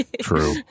true